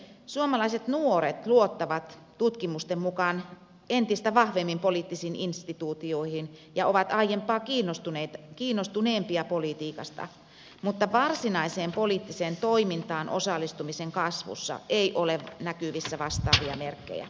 suomalaiset nuoret luottavat tutkimusten mukaan entistä vahvemmin poliittisiin instituutioihin ja ovat aiempaa kiinnostuneempia politiikasta mutta varsinaiseen poliittiseen toimintaan osallistumisen kasvussa ei ole näkyvissä vastaavia merkkejä